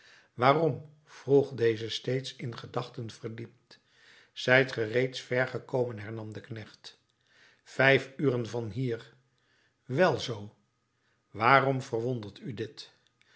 waarom vroeg deze steeds in gedachten verdiept zijt ge reeds ver gekomen hernam de knecht vijf uren van hier wel zoo waarom verwondert u dit